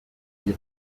die